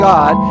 God